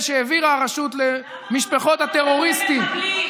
שהעבירה הרשות למשפחות הטרוריסטים,